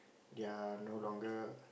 they're no longer